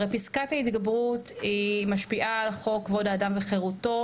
הרי פסקת ההתגברות היא משפיעה על חוק כבוד האדם וחרותו,